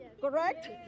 Correct